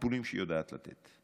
הטיפולים שהיא יודעת לתת,